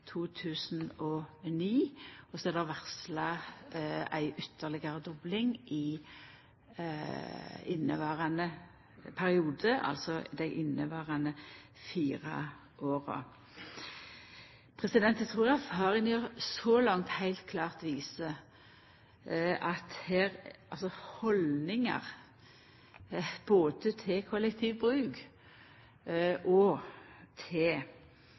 2009, og så er det varsla ei ytterlegare dobling i inneverande periode, altså dei inneverande fire åra. Eg trur at erfaringar så langt heilt klart viser at det er viktig å arbeida med haldningar både til kollektivbruk og til